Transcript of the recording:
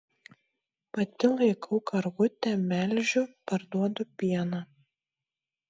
pati laikau karvutę melžiu parduodu pieną